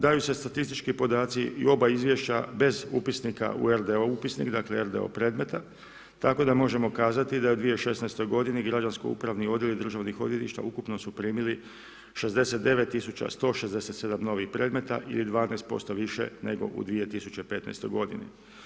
Daju se statistički podaci i oba izvješća bez upisnika u RDO upisnik, dakle RDO predmeta, tako da možemo kazati da je u 2016. godini građansko-upravni odjel i državnih odvjetništva ukupno su primili 69167 novih predmeta ili 12% više nego u 2015. godini.